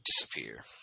disappear